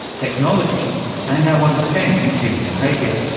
technology and our understanding of human behaviour.